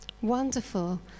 Wonderful